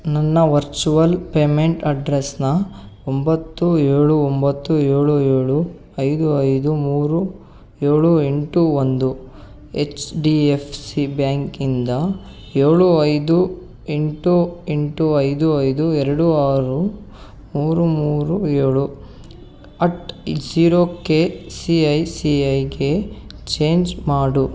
ನನ್ನ virtual payment ಅಡ್ರೆಸ್ಸನ್ನ ಒಂಬತ್ತು ಏಳು ಒಂಬತ್ತು ಏಳು ಏಳು ಐದು ಐದು ಮೂರು ಏಳು ಎಂಟು ಒಂದು ಎಚ್ ಡಿ ಎಫ್ ಸಿ ಬ್ಯಾಂಕಿಂದ ಏಳು ಐದು ಎಂಟು ಎಂಟು ಐದು ಐದು ಎರಡು ಆರು ಮೂರು ಮೂರು ಏಳು at zero K C I C ಐಗೆ ಚೇಂಜ್ ಮಾಡು